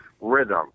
rhythm